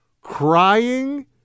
crying